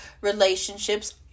relationships